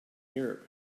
europe